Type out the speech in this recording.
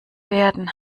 werden